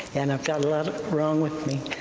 and i've got a lot wrong with me.